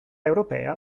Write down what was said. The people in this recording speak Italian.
europea